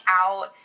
out